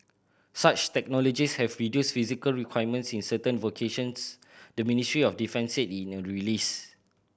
such technologies have reduced physical requirements in certain vocations the Ministry of Defence said in a release